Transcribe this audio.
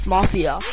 Mafia